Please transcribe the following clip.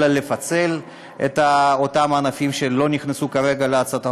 אלא לפצל את אותם הענפים שלא נכנסו כרגע להצעת החוק,